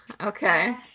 okay